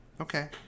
Okay